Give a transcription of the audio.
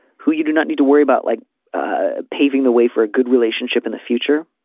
who you do not need to worry about like ah paving the way for a good relationship in the future.